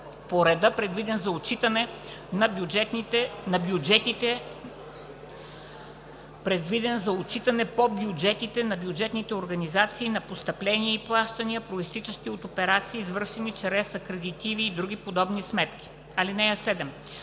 по реда, предвиден за отчитане по бюджетите на бюджетните организации на постъпления и плащания, произтичащи от операции, извършени чрез акредитивни и други подобни сметки. (7)